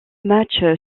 match